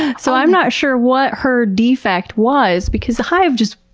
yeah so i'm not sure what her defect was because the hive just.